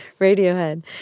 Radiohead